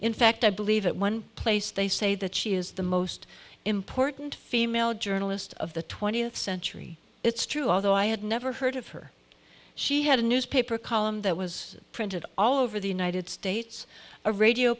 in fact i believe at one place they say that she is the most important female journalist of the twentieth century it's true although i had never heard of her she had a newspaper column that was printed all over the united states a radio